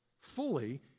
fully